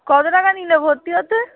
কত টাকা নিল ভর্তি হতে